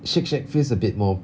Shake Shack feels a bit more